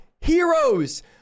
heroes